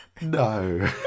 No